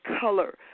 color